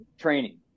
training